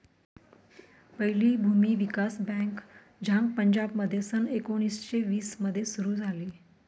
पहिली भूमी विकास बँक झांग पंजाबमध्ये सन एकोणीसशे वीस मध्ये सुरू झाली